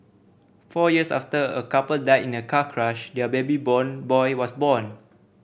four years after a couple died in a car crash their baby born boy was born